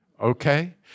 Okay